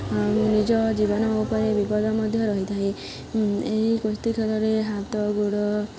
ନିଜ ଜୀବନ ଉପରେ ବିପଦ ମଧ୍ୟ ରହିଥାଏ ଏହି କୁସ୍ତି ଖେଳରେ ହାତ ଗୋଡ଼